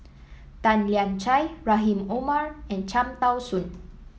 Tan Lian Chye Rahim Omar and Cham Tao Soon